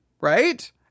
right